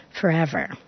forever